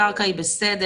הקרקע היא בסדר.